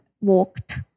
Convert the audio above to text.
walked